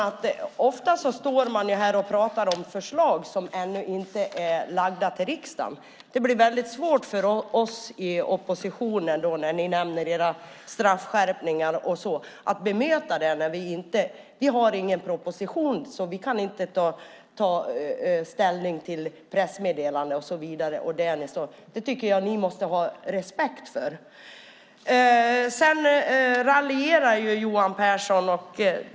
Alliansen talar ofta om förslag som inte är framlagda för riksdagen, till exempel när det gäller straffskärpningar. Det blir svårt för oss i oppositionen att bemöta det när vi inte har någon proposition. Vi kan därför inte ta ställning till pressmeddelanden och så vidare. Det måste ni ha respekt för. Johan Pehrson raljerar.